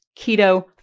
keto